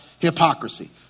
hypocrisy